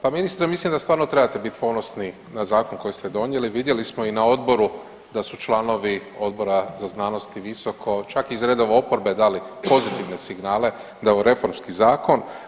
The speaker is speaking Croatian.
Pa ministre, mislim da stvarno trebate biti ponosni na Zakon koji ste donijeli, vidjeli smo i na odboru da su članovi odbora za znanost i visoko, čak iz redova oporbe dali pozitivne signale da je ovo reformski zakon.